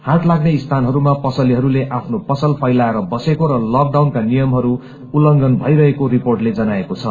हाट लाग्ने स्थानहरूमा पसलेहरूले आफ्नो पसल फैलाएर बसेको र लकडाउनका नियमहरू उल्लंघन भइरहेको रिपोर्टले जनाएको छ